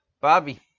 Bobby